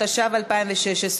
התשע"ו 2016,